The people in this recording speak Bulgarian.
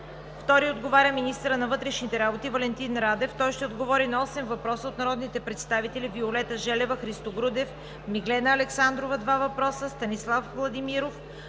Елена Йончева. 2. Министърът на вътрешните работи Валентин Радев ще отговори на осем въпроса от народните представители: Виолета Желева; Христо Грудев; Миглена Александрова – два въпроса; Станислав Владимиров